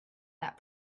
that